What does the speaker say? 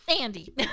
Andy